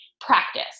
Practice